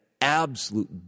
absolute